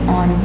on